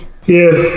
Yes